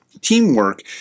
teamwork